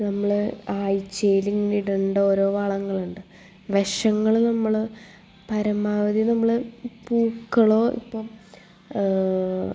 നമ്മൾ ആഴ്ച്ചയിലിങ്ങനെയിടേണ്ട ഓരോ വളങ്ങളുണ്ട് വിഷങ്ങൾ നമ്മൾ പരമാവധി നമ്മൾ പുഴുക്കളോ ഇപ്പം